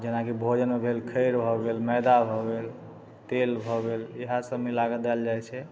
जेनाकि भोजनमे भेल खैर भऽ गेल मैदा भऽ गेल तेल भऽ गेल इएह सब मिलागत देल जाइ छै